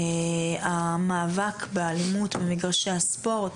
המאבק באלימות במגרשי הספורט.